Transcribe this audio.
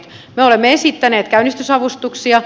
me olemme esittäneet käynnistysavustuksia